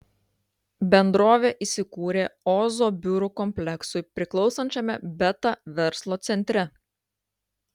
bendrovė įsikūrė ozo biurų kompleksui priklausančiame beta verslo centre